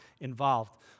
involved